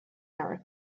error